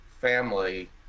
family